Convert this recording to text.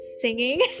singing